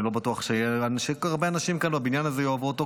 אני לא בטוח שהרבה אנשים כאן בבניין הזה יאהבו אותו,